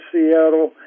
Seattle